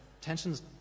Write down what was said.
tensions